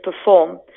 perform